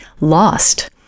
lost